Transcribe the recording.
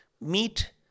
meet